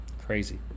crazy